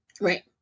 Right